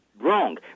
wrong